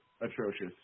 atrocious